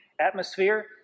atmosphere